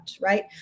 right